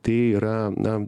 tai yra na